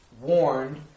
warned